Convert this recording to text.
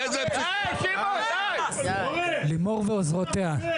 אנחנו נפעל.